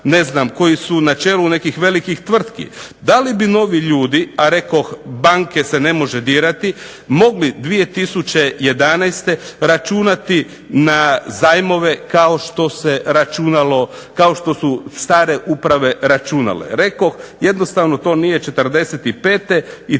ne znam koji su na čelu nekih velikih tvrtki. Da li bi novi ljudi, a rekoh banke se ne može dirati mogli 2011. računati na zajmove kao što se računalo, kao što su stare uprave računale. Rekoh jednostavno to nije